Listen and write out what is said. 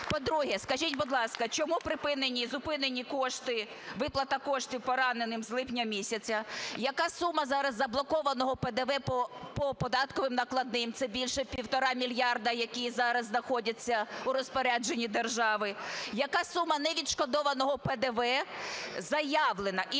По-друге, скажіть, будь ласка, чому зупинені кошти, виплата коштів пораненим з липня місяця? Яка сума зараз заблокованого ПДВ по податковим накладним? Це більше півтора мільярда, які зараз знаходяться в розпорядженні держави. Яка сума невідшкодованого ПДВ заявлена